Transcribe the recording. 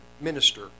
minister